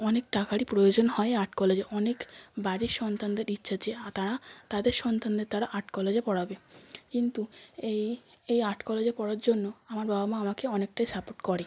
অনেক টাকারই প্রয়োজন হয় আর্ট কলেজে অনেক বাড়ির সন্তানদের ইচ্ছা যে তারা তাদের সন্তানদের তারা আর্ট কলেজে পড়াবে কিন্তু এই এই আর্ট কলেজে পড়ার জন্য আমার বাবা মা আমাকে অনেকটাই সাপোর্ট করে